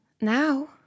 now